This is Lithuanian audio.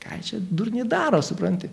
ką čia durniai daro supranti